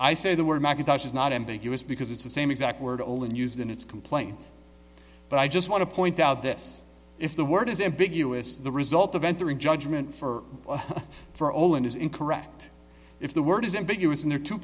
i said the word macintosh is not ambiguous because it's the same exact word all and used in its complaint but i just want to point out this if the word is ambiguous the result of entering judgment for one for all and is incorrect if the word is ambiguous in there to